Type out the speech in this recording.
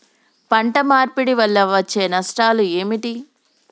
పంట మార్పిడి వల్ల వచ్చే నష్టాలు ఏమిటి?